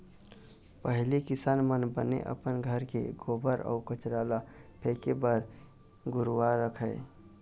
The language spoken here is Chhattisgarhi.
पहिली किसान मन बने अपन घर के गोबर अउ कचरा ल फेके बर घुरूवा रखय